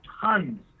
tons